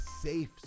safe